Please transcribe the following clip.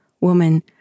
woman